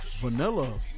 Vanilla